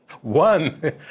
one